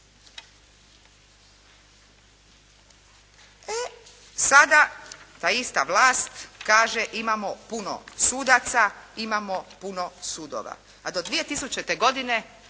Sada ta ista vlast kaže imamo puno sudaca, imamo puno sudova. A do 2000. godine,